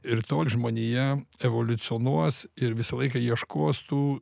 ir tol žmonija evoliucionuos ir visą laiką ieškos tų